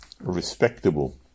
respectable